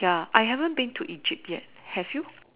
ya I haven't been to Egypt yet have you